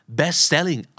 best-selling